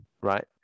right